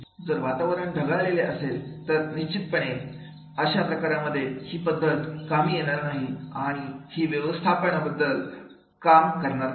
जर वातावरण ढगाळलेले असेल तर निश्चितपणे अशा प्रकारांमध्ये ही पद्धत का मी येणार नाही आणि ही व्यवसायाची बद्दल काम करणार नाही